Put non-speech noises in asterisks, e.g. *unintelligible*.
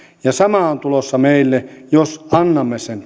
ja sama on tulossa meille jos annamme sen *unintelligible*